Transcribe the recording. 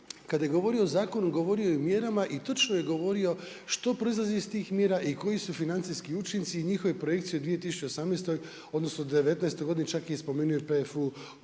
kada je govorio o zakonu, govorio je o mjerama i točno je govorio što proizlazi iz tih mjera i koji su financijski učinci i njihove projekcije u 2018., odnosno 2019. godini. Čak je spomenuo i